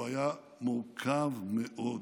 הוא היה מורכב מאוד